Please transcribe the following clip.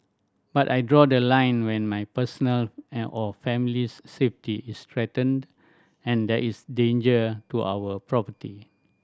but I draw the line when my personal and or family's safety is threatened and there is danger to our property